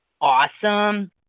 Awesome